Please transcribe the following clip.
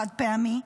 חד-פעמי?